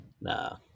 Nah